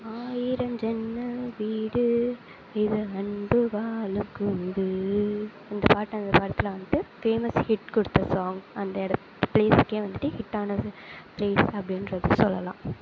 இந்த பாட்டு அந்த படத்தில் வந்துவிட்டு ஃபேமஸ் ஹிட் கொடுத்த சாங் அந்த எடத்து பிளேஸுக்கே வந்துவிட்டு ஹிட்டானது பிளேஸ் அப்டின்றது சொல்லலாம்